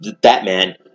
Batman